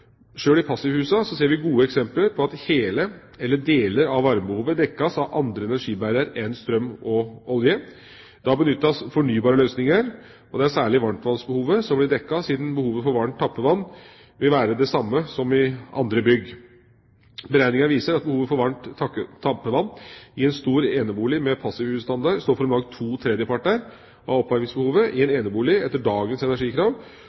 Sjøl i passivhusene ser vi gode eksempler på at hele eller deler av varmebehovet dekkes av andre energibærere enn strøm og olje. Da benyttes fornybare løsninger, og det er særlig varmtvannsbehovet som blir dekket siden behovet for varmt tappevann vil være det samme som i andre bygg. Beregninger viser at behovet for varmt tappevann i en stor enebolig med passivhusstandard står for om lag to tredjeparter av oppvarmingsbehovet. I en enebolig etter dagens energikrav